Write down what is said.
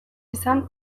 izan